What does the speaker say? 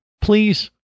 please